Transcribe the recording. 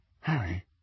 Harry